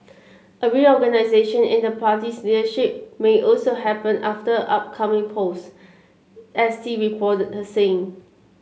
a reorganisation in the party's leadership may also happen after upcoming polls S T reported her saying